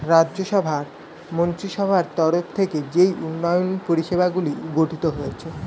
রাজ্য সভার মন্ত্রীসভার তরফ থেকে যেই উন্নয়ন পরিষেবাগুলি গঠিত হয়েছে